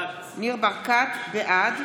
בעד